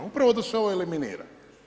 Upravo da se ovo eliminira.